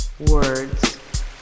words